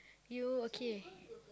you okay